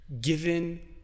given